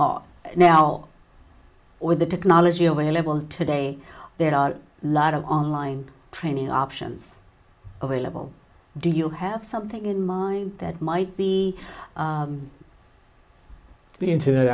or now or the technology available today there are a lot of online training options available do you have something in mind that might be the internet